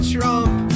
Trump